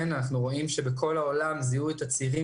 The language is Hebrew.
אנחנו רואים שבכל העולם זיהו את הצעירים